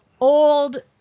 old